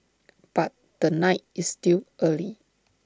but the night is still early